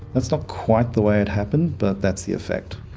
that's not quite the way it happened but that's the effect.